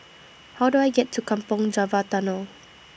How Do I get to Kampong Java Tunnel